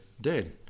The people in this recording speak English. Dead